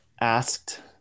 asked